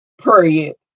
period